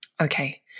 Okay